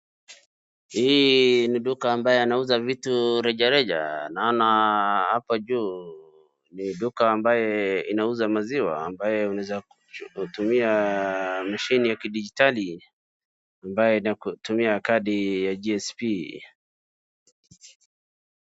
Hii ni duka ambaye anauza vitu reja reja naona hapa juu ni duka ambaye inauza maziwa ambaye unaweza tumia mashini ya kidigitali ambaye inatumia kadi ya GSP.